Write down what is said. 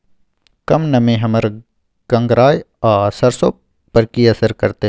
कम नमी हमर गंगराय आ सरसो पर की असर करतै?